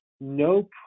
no